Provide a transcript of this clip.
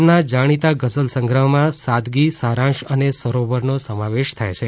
તેમના જાણીતા ગઝલસંગ્રહમાં સાદગી સારાંશ અને સરોવરનો સમાવેશ થાય છે